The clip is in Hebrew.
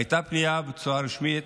הייתה פנייה בצורה רשמית